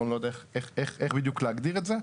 או לא יודע איך בדיוק להגדיר את זה.